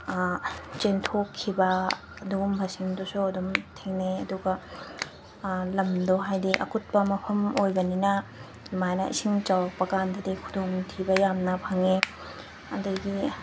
ꯆꯦꯟꯊꯣꯛꯈꯤꯕ ꯑꯗꯨꯒꯨꯝꯕꯁꯤꯡꯗꯨꯁꯨ ꯑꯗꯨꯝ ꯊꯦꯡꯅꯩ ꯑꯗꯨꯒ ꯂꯝꯗꯣ ꯍꯥꯏꯗꯤ ꯑꯀꯨꯠꯄ ꯃꯐꯝ ꯑꯣꯏꯕꯅꯤꯅ ꯑꯗꯨꯃꯥꯏꯅ ꯏꯁꯤꯡ ꯆꯥꯎꯔꯛꯄ ꯀꯥꯟꯗꯗꯤ ꯈꯨꯗꯣꯡ ꯊꯤꯕ ꯌꯥꯝꯅ ꯐꯪꯉꯤ ꯑꯗꯒꯤ